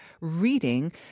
reading